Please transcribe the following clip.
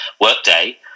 Workday